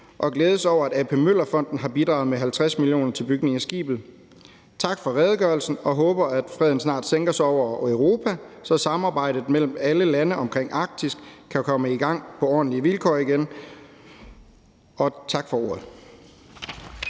og over, at A.P. Møller Fonden har bidraget med 50 mio. kr. til bygning af skibet. Tak for redegørelsen. Jeg håber, at freden snart sænker sig over Europa, så samarbejdet mellem alle lande omkring Arktis kan komme i gang på ordentlige vilkår igen. Tak for ordet.